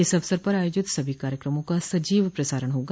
इस अवसर पर आयोजित सभी कार्यक्रमों का सजीव प्रसारण होगा